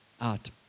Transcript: out